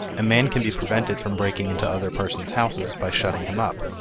a man can be prevented from breaking into other persons' houses by shutting him up,